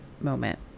moment